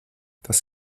das